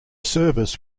service